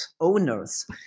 owners